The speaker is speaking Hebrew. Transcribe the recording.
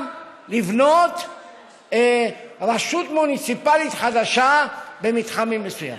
לבנות רשות מוניציפלית חדשה במתחמים מסוימים.